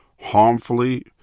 harmfully